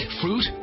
fruit